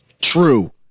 True